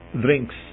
drinks